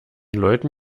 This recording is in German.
leuten